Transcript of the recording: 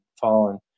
fallen